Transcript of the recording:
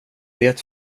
det